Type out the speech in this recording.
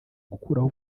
gukuraho